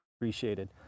appreciated